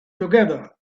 together